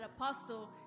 Apostle